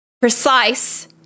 precise